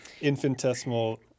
infinitesimal